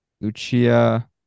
Lucia